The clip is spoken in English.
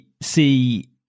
see